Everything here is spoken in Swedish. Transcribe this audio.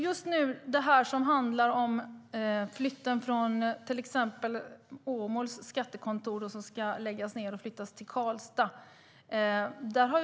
Just nu handlar det om till exempel att skattekontoret i Åmål ska läggas ned och verksamheten flyttas till Karlstad.